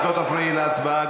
את לא תפריעי להצבעה.